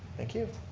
thank you.